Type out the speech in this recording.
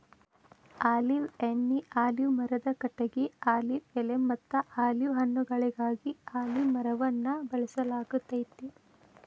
olive ಎಣ್ಣಿ, olive ಮರದ ಕಟಗಿ, ಆಲಿವ್ ಎಲೆಮತ್ತ ಆಲಿವ್ ಹಣ್ಣುಗಳಿಗಾಗಿ ಅಲಿವ್ ಮರವನ್ನ ಬೆಳಸಲಾಗ್ತೇತಿ